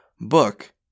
book